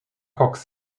cox